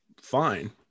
fine